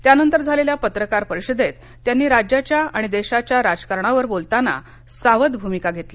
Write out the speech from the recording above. यानंतर झालेल्या पत्रकार परिषदेत त्यांनी राज्याच्या आणि देशाच्या राजकारणावर बोलताना सावध भूमिका घेतली